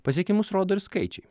pasiekimus rodo ir skaičiai